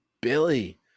Billy